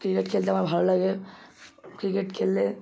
cricket খেলতে আমার ভালো লাগে ক্রিকেট খেললে